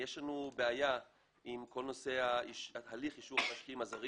יש לנו בעיה עם הליך אישור המשקיעים הזרים